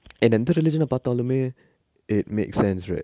என்ட இந்த:enda intha religion ah பாத்தாலுமே:paathalume it makes sense right